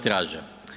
traže.